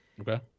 Okay